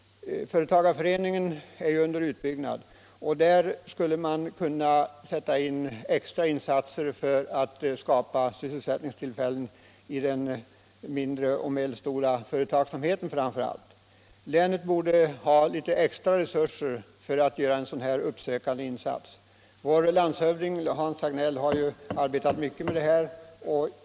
Företagarföreningen är ju under utbyggnad, och där skulle man då kunna göra extra insatser för att skapa sysselsättningstillfällen, framför allt i de mindre och medelstora företagen. Länet borde få litet extra resurser för att göra en sådan uppsökande insats. Vår landshövding Hans Hagnell har arbetat mycket med detta.